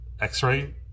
X-ray